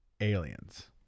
Aliens